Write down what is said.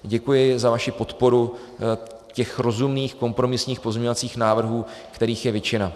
Děkuji za vaši podporu těch rozumných kompromisních pozměňovacích návrhů, kterých je většina.